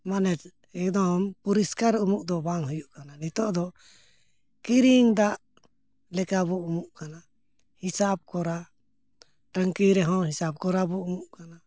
ᱢᱟᱱᱮ ᱮᱠᱫᱚᱢ ᱯᱚᱨᱤᱥᱠᱟᱨ ᱩᱢᱩᱜ ᱫᱚ ᱵᱟᱝ ᱦᱩᱭᱩᱜ ᱠᱟᱱᱟ ᱱᱤᱛᱳᱜ ᱫᱚ ᱠᱤᱨᱤᱧ ᱫᱟᱜ ᱞᱮᱠᱟᱵᱚᱱ ᱩᱢᱩᱜ ᱠᱟᱱᱟ ᱦᱤᱥᱟᱹᱵᱽ ᱠᱚᱨᱟ ᱴᱟ ᱝᱠᱤ ᱨᱮᱦᱚᱸ ᱦᱤᱥᱟᱹᱵᱽ ᱠᱚᱨᱟᱵᱚᱱ ᱩᱢᱩᱜ ᱠᱟᱱᱟ